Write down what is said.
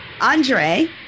Andre